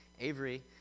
Avery